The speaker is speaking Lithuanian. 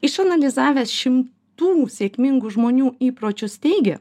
išanalizavęs šim tų sėkmingų žmonių įpročius teigia